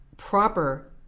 proper